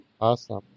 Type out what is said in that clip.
awesome